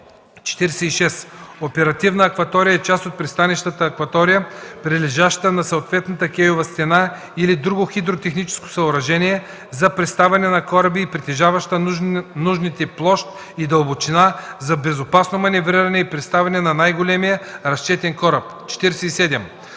46. „Оперативна акватория” е част от пристанищната акватория, прилежаща на съответната кейова стена или друго хидротехническо съоръжение за приставане на кораби и притежаваща нужните площ и дълбочина за безопасно маневриране и приставане на най-големия разчетен кораб. 47.